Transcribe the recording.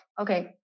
okay